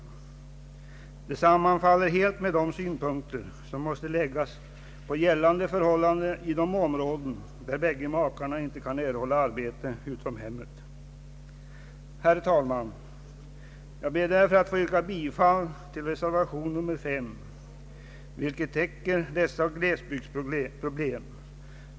Det sammanfaller helt med de synpunkter som måste läggas på gällande förhållanden i de områden där båda makarna inte kan erhålla arbete utom hemmet. Herr talman! Jag ber att med det anförda få yrka bifall till reservation nr 5 vid bevillningsutskottets betänkande nr 40, vilken täcker dessa glesbygdsproblem.